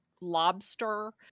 lobster